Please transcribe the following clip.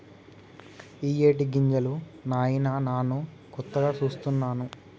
ఇయ్యేటి గింజలు నాయిన నాను కొత్తగా సూస్తున్నాను